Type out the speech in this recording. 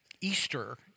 Easter